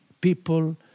people